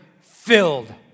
filled